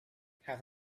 have